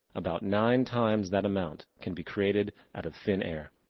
about nine times that amount can be created out of thin air.